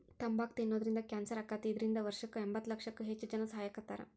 ತಂಬಾಕ್ ತಿನ್ನೋದ್ರಿಂದ ಕ್ಯಾನ್ಸರ್ ಆಕ್ಕೇತಿ, ಇದ್ರಿಂದ ವರ್ಷಕ್ಕ ಎಂಬತ್ತಲಕ್ಷಕ್ಕೂ ಹೆಚ್ಚ್ ಜನಾ ಸಾಯಾಕತ್ತಾರ